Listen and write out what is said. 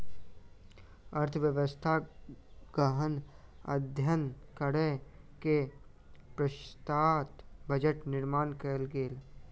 अर्थव्यवस्थाक गहन अध्ययन करै के पश्चात बजट निर्माण कयल गेल